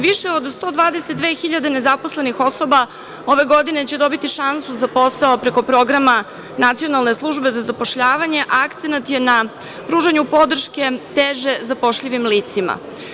Više od 122.000 nezaposlenih osoba ove godine će dobiti šansu za posao preko programa Nacionalne službe za zapošljavanje, a akcenat je na pružanju podrške teže zapošljivim licima.